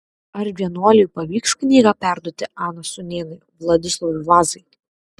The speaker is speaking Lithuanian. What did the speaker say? ar vienuoliui pavyks knygą perduoti anos sūnėnui vladislovui vazai